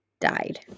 died